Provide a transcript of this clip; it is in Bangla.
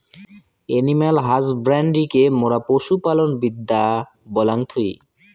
এনিম্যাল হাসব্যান্ড্রিকে মোরা পশু পালন বিদ্যা বলাঙ্গ থুই